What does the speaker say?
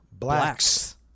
blacks